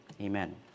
Amen